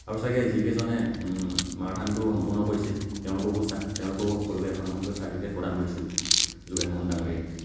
আৰু ছাগৈ যিকেইজনে মাৰথানটো সম্পূৰ্ণ কৰিছিল তেওঁলোককো চাৰ্ তেওঁলোককো সকলোকে এখন এখনকৈ চাৰ্টিফিকেট প্ৰদান কৰিছিল যোগেন মহন ডাঙৰীয়াই